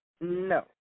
No